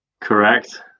Correct